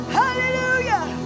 hallelujah